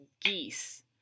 geese